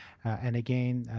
and, again,